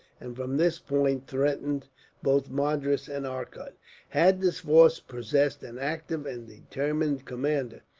and from this point threatened both madras and arcot. had this force possessed an active and determined commander,